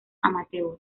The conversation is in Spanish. amateur